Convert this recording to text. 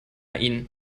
ihn